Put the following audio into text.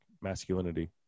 masculinity